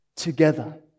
together